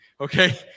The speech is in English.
Okay